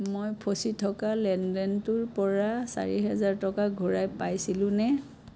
মই ফঁচি থকা লেনদেনটোৰ পৰা চাৰি হেজাৰ টকা ঘূৰাই পাইছিলোঁ নে